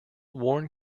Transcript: worn